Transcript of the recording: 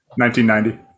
1990